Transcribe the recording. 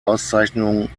auszeichnung